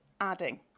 adding